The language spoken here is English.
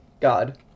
god